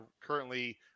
currently